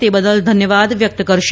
તે બદલ ધન્યવાદ વ્યકત કરશે